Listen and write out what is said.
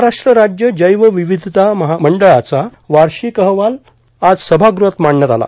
महाराष्ट्र राज्य जैवविविधता मंडळाचा वार्षिक अहवाल आज सभागृहात मांडण्यात आला